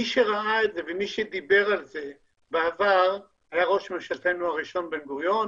מי שדיבר על זה בעבר היה ראש ממשלתנו הראשון בן-גוריון.